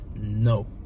No